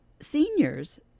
seniors